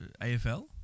AFL